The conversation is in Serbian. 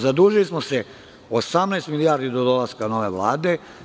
Zadužili smo se 18 milijardi do dolaska nove vlade.